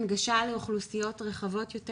הנגשה לאוכלוסיות רחבות יותר.